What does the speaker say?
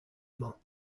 mañ